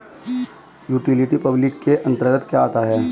Utility public के अंतर्गत क्या आता है?